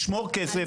לשמור כסף,